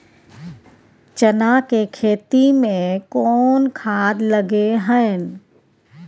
चना के खेती में कोन खाद लगे हैं?